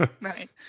Right